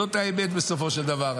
זאת האמת בסופו של דבר.